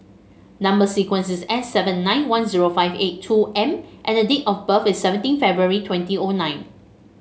number sequence is S seven nine one zero five eight two M and the date of birth is seventeen February twenty O nine